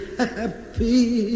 happy